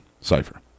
cipher